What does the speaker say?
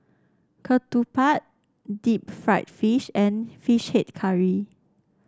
ketupat Deep Fried Fish and fish head curry